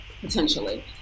potentially